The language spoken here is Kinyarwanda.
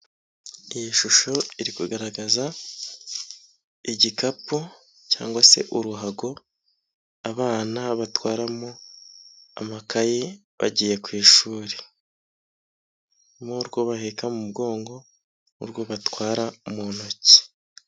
Iyi shusho iri kugaragaza igikapu cyangwa se uruhago abana batwaramo amakayi bagiye ku ishuri. N'urwo bahehika mu mugongo n'urwo batwara mu ntoki.